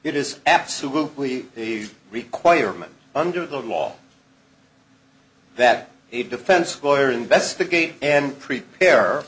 it is absolutely the requirement under the law that a defense lawyer investigate and prepare